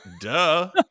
Duh